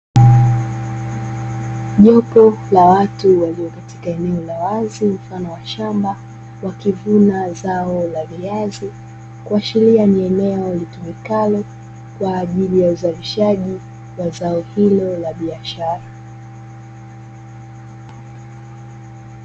Jopo la watu waliopo katika eneo la wazi mfano wa shamba wakivuna zao la viazi, kuashiria ni eneo litumikalo kwa ajili ya uzalishaji wa zao hilo la biashara.